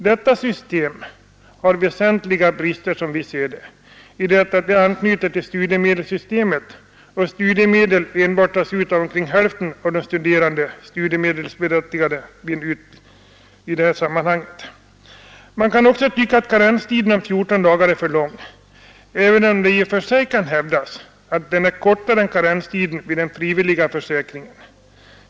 Detta system har, som vi ser det, väsentliga brister i det att det anknyter till studiemedelssystemet och studiemedel enbart tas ut av omkring hälften av de studerande på studiemedelsberättigade utbildningsanstalter. Man kan också tycka att karenstiden 14 dagar är för lång, även om det i och för sig kan hävdas att den är kortare än karenstiden vid den frivilliga försäkringen.